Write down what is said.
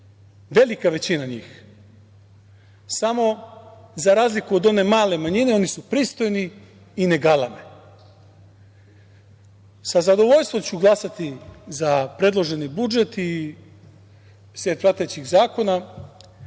velika većina njih, samo, za razliku od one male manjine, oni su pristojni i ne galame. Sa zadovoljstvom ću glasati za predloženi budžet i set pratećih zakona. Hvala